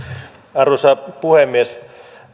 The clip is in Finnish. arvoisa puhemies